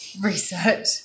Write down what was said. research